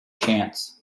chance